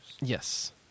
Yes